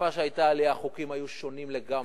בתקופה שהיתה עלייה החוקים היו שונים לגמרי.